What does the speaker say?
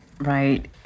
Right